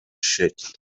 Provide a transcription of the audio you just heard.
شکل